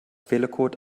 fehlercode